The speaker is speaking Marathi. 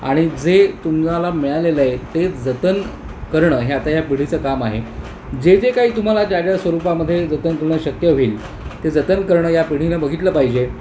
आणि जे तुम्हाला मिळालेलं आहे ते जतन करणं हे आता या पिढीचं काम आहे जे जे काही तुम्हाला ज्या ज्या स्वरूपामध्ये जतन करण शक्य होईल ते जतन करणं या पिढीने बघितलं पाहिजे